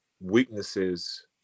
weaknesses